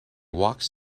walks